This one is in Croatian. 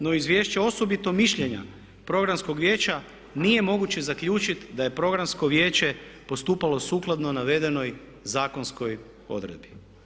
No izvješće osobitog mišljenja programskog vijeća nije moguće zaključiti da je programsko vijeće postupalo sukladno navedenoj zakonskoj odredbi.